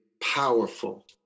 powerful